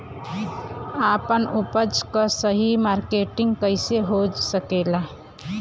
आपन उपज क सही मार्केटिंग कइसे हो सकेला?